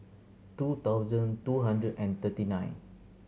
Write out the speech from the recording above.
two thousand two hundred and thirty nine